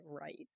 right